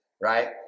right